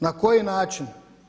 Na koji način?